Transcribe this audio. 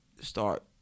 start